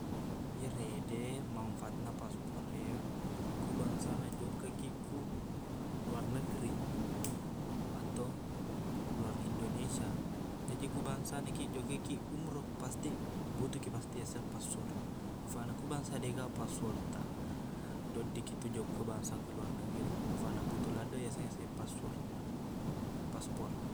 Iyarede manfaatna paspor e, ku bangsana jokkakiq ku luar negri ato luar Indonesia. Jaji ku bangsanakiq jokkakiq ummroh, pasti butuhkiq pasti yaseng paspor. Afaqna, ku bangsa deqga paswordtaq, deq doddikkiqtu jokka bangsa ke luar negri. Afaqna butuh laddeq yasengnge se pasword- paspor.